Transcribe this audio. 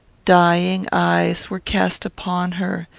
dying eyes were cast upon her,